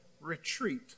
retreat